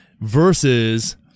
versus